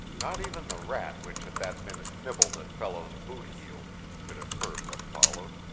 not even the rat which at that minute nibbled at fellows's boot heel could have heard what followed.